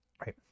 right